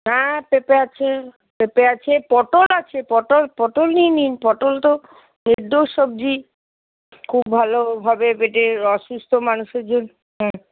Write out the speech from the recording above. হ্যাঁ পেঁপে আছে পেঁপে আছে পটল আছে পটল পটল নিয়ে নিন পটল তো সবজি খুব ভালোভাবে পেটের অসুস্থ মানুষের জন্য হ্যাঁ